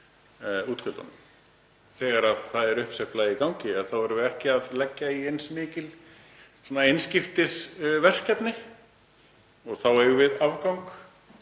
Þegar það er uppsveifla í gangi þá erum við ekki að leggja eins mikið í svona einskiptisverkefni og þá eigum við afgang